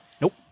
Nope